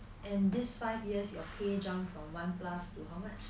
and this five years your pay jump from one plus to how much